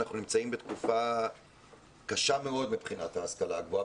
בתקופה קשה מאוד מבחינת ההשכלה הגבוהה,